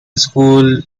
school